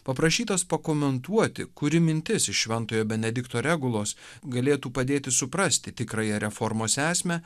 paprašytas pakomentuoti kuri mintis iš šventojo benedikto regulos galėtų padėti suprasti tikrąją reformos esmę